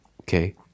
Okay